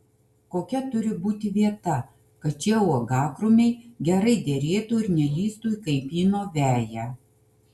kokia turi būti vieta kad šie uogakrūmiai gerai derėtų ir nelįstų į kaimyno veją